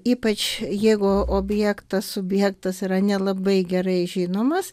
ypač jeigu objektas subjektas yra nelabai gerai žinomas